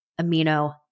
amino